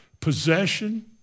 possession